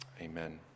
Amen